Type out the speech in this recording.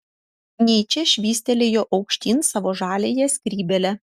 nyčė švystelėjo aukštyn savo žaliąją skrybėlę